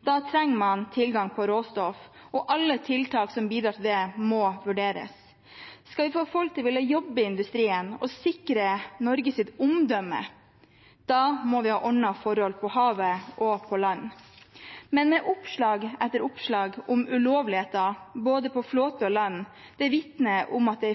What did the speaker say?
Da trenger man tilgang på råstoff, og alle tiltak som bidrar til det, må vurderes. Skal vi få folk til å ville jobbe i industrien og sikre Norges omdømme, må vi ha ordnede forhold på havet og på land. Men oppslag etter oppslag om ulovligheter, både på flåte og land, vitner om at det